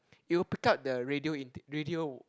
it'll pick up the radio in radio